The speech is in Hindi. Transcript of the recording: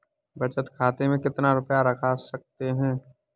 बचत खाते में कितना रुपया रख सकते हैं?